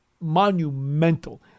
monumental